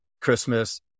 Christmas